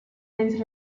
menys